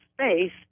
space